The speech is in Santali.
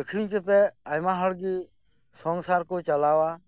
ᱟᱠᱷᱨᱤᱧ ᱠᱟᱛᱮᱜ ᱟᱭᱢᱟ ᱦᱚᱲ ᱜᱮ ᱥᱚᱝᱥᱟᱨ ᱠᱚ ᱪᱟᱞᱟᱣᱟ